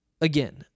Again